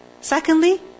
Secondly